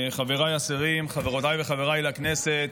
חבריי השרים, חברותיי וחבריי לכנסת,